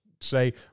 say